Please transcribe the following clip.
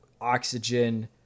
oxygen